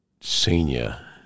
senior